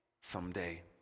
someday